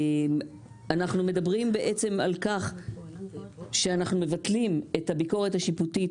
אנחנו מדברים על כך שאנחנו מבטלים את הביקורת השיפוטית